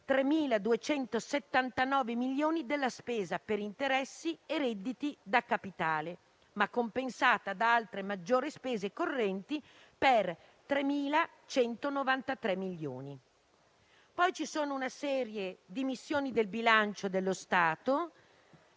3.279 milioni della spesa per interessi e redditi da capitale, ma compensata da altre maggiori spese correnti per 3.193 milioni. C'è poi una serie di missioni del bilancio dello Stato